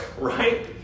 right